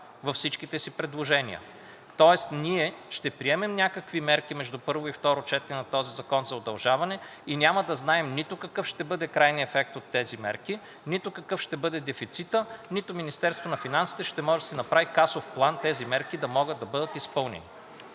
във всичките си предложения. Тоест ние ще приемем някакви мерки между първо и второ четене от този закон за удължаване и няма да знаем нито какъв ще бъде крайният ефект от тези мерки, нито какъв ще бъде дефицитът, нито Министерството на финансите ще може да си направи касов план тези мерки да могат да бъдат изпълнени.